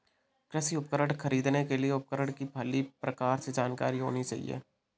कृषि उपकरण खरीदने के लिए उपकरण की भली प्रकार से जानकारी होनी चाहिए